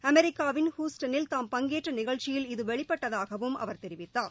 அமெரிக்காவின் ஹூஸ்டனில் தாம் பங்கேற்ற நிகழ்ச்சியில் இது வெளிப்பட்டதாகவும் அவர் தெரிவித்தார்